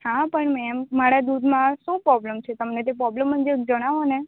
હા પણ મેમ મારા દૂધમાં શું પ્રોબ્લેમ છે તમને પ્રોબ્લેમ મને જરી જણાવો ને